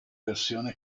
versione